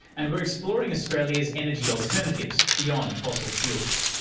and we're exploring australia's energy alternatives beyond fossil fuels.